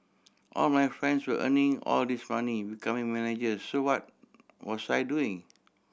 all my friends were earning all this money becoming managers so what was I doing